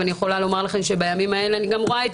אני יכולה לומר לכם שבימים האלה אני גם רואה את